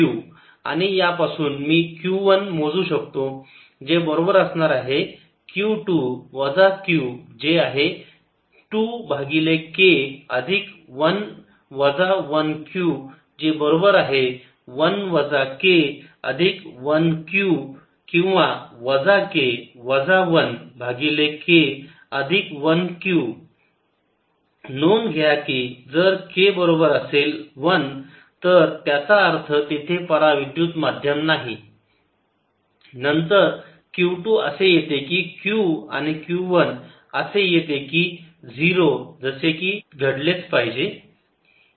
आणि यापासून मी q 1 मोजू शकतो जे बरोबर असणार आहे q 2 वजा q जे आहे 2 भागिले k अधिक 1 वजा 1 q जे बरोबर आहे 1 वजा k अधिक 1 q किंवा वजा k वजा 1 भागिले k अधिक 1 q नोंद घ्या की जर k बरोबर असेल 1 तर त्याचा अर्थ तेथे परा विद्युत माध्यम नाही नंतर q 2 असे येते की q आणि q 1 असे येते की 0 जसे की घडलेच पाहिजे